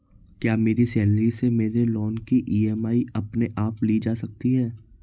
क्या मेरी सैलरी से मेरे लोंन की ई.एम.आई अपने आप ली जा सकती है?